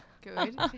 Good